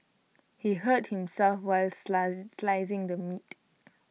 he hurt himself while slicing the meat